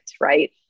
right